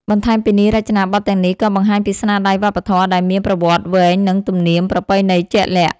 បន្ថែមពីនេះ រចនាបថទាំងនេះក៏បង្ហាញពីស្នាដៃវប្បធម៌ដែលមានប្រវត្តិវែងនិងទំនៀមប្រពៃណីជាក់លាក់។